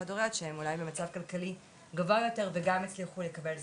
חרדיות שאולי הן במצב כלכלי גבוה יותר וגם הצליחו לקבל זכאות,